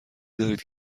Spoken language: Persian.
دارید